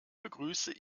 begrüße